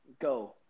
Go